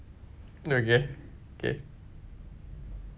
again okay